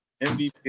MVP